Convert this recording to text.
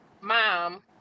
mom